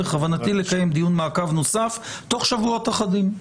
בכוונתי לקיים דיון מעקב נוסף תוך שבועות אחדים.